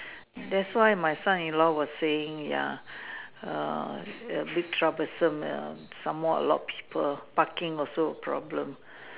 that's why my son in law was saying ya a bit troublesome some more a lot people parking also a problem